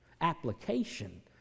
application